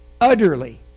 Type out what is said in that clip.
utterly